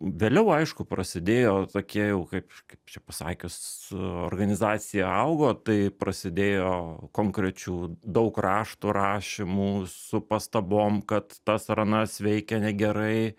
vėliau aišku prasidėjo tokie jau kaip kaip čia pasakius su organizacija augo tai prasidėjo konkrečių daug raštų rašymų su pastabom kad tas ar anas veikia negerai